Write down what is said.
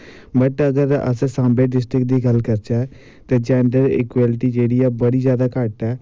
but अगर अस सांबै टिस्टिक दी गल्ल करचै ते जैंडर इकवैलटी जेह्ड़ी ऐ बड़ी जादै घट्ट ऐ